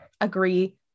agree